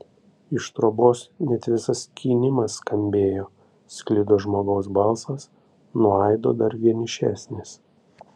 iš trobos net visas skynimas skambėjo sklido žmogaus balsas nuo aido dar vienišesnis